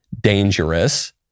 dangerous